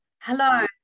Hello